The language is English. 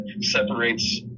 separates